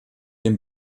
dem